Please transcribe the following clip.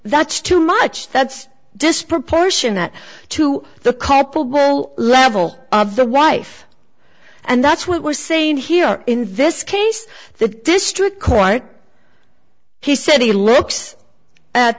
that's too much that's disproportionate to the carpool level of the wife and that's what we're seeing here in this case the district court he said he looks at